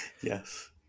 Yes